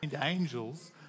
Angels